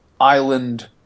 Island